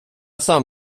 сам